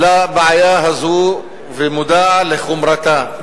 לבעיה הזאת ומודע לחומרתה,